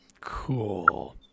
cool